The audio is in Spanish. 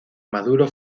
maduro